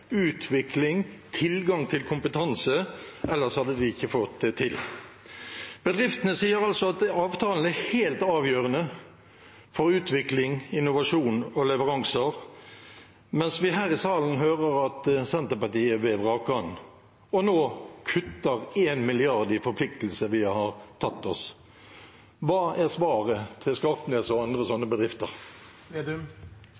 utvikling og tilgang til kompetanse, ellers hadde de ikke fått det til. Bedriftene sier altså at avtalen er helt avgjørende for utvikling, innovasjon og leveranser, mens vi her i salen hører at Senterpartiet vil vrake den og nå kutter 1 mrd. kr i forpliktelser vi har tatt på oss. Hva er svaret til Skarpnes og andre